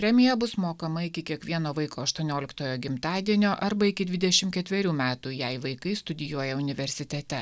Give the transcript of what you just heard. premija bus mokama iki kiekvieno vaiko aštuonioliktojo gimtadienio arba iki dvidešimt ketverių metų jei vaikai studijuoja universitete